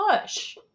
push